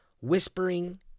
whispering